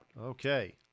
Okay